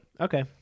Okay